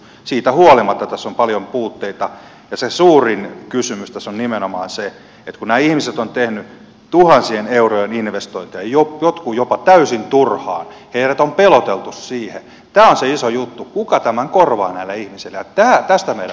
siitä huolimatta tässä on paljon puutteita ja se suurin kysymys tässä on nimenomaan se että kun nämä ihmiset ovat tehneet tuhansien eurojen investointeja jotkut jopa täysin turhaan heidät on peloteltu siihen tämä on se iso juttu kuka tämän korvaa näille ihmisille ja tästä meidän pitäisi myös keskustella